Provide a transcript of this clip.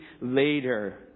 later